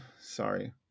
sorry